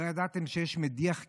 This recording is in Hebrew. לא ידעתם שיש מדיח כלים?